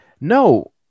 no